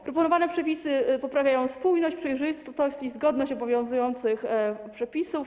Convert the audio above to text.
Proponowane przepisy poprawiają spójność, przejrzystość i zgodność obowiązujących przepisów.